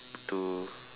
to